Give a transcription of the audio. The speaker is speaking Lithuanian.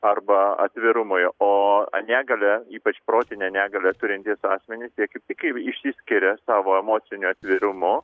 arba atvirumui o negalią ypač protinę negalią turintys asmenys jie kaip tik išsiskiria savo emociniu atvirumu